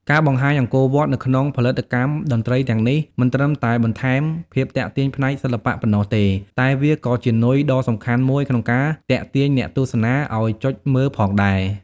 ការបង្ហាញអង្គរវត្តនៅក្នុងផលិតកម្មតន្ត្រីទាំងនេះ មិនត្រឹមតែបន្ថែមភាពទាក់ទាញផ្នែកសិល្បៈប៉ុណ្ណោះទេ តែវាក៏ជានុយដ៏សំខាន់មួយក្នុងការទាក់ទាញអ្នកទស្សនាឲ្យចុចមើលផងដែរ។